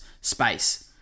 space